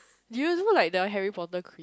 do you do you know like the Harry-Potter quiz